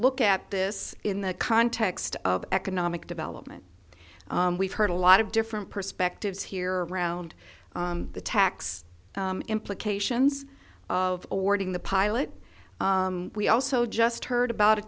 look at this in the context of economic development we've heard a lot of different perspectives here around the tax implications of awarding the pilot we also just heard about a